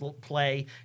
play